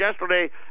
yesterday